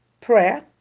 prayer